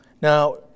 Now